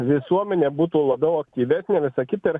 visuomenė būtų labiau aktyvesnė visa kita ir